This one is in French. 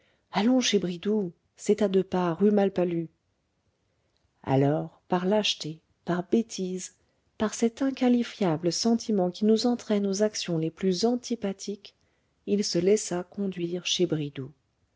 allons chez bridoux c'est à deux pas rue malpalu alors par lâcheté par bêtise par cet inqualifiable sentiment qui nous entraîne aux actions les plus antipathiques il se laissa conduire chez bridoux